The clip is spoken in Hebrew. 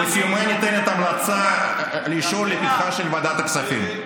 ובסיומו ניתנת המלצה לאישור לפתחה של ועדת הכספים.